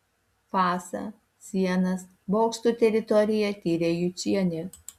fasą sienas bokštų teritoriją tyrė jučienė